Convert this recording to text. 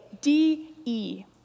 D-E